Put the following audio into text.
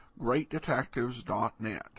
greatdetectives.net